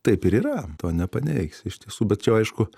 taip ir yra to nepaneigsi iš tiesų bet čia jau aišku